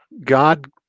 God